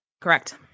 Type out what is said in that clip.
Correct